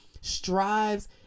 strives